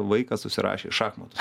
vaikas užsirašė į šachmatus